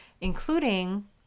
including